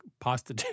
pasta